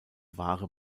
ware